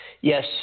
Yes